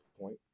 point